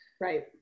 Right